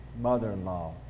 mother-in-law